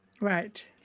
Right